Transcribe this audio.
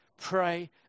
pray